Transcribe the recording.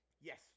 Yes